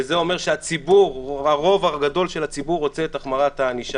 וזה אומר שהרוב הגדול של הציבור רוצה את החמרת הענישה.